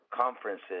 conferences